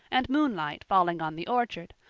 and moonlight falling on the orchard,